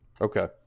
Okay